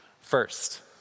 First